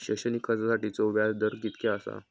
शैक्षणिक कर्जासाठीचो व्याज दर कितक्या आसा?